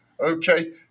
okay